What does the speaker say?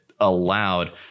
Allowed